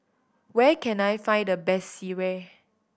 where can I find the best sireh